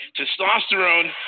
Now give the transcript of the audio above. Testosterone